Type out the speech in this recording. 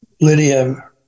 Lydia